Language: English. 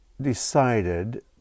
decided